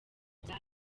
bya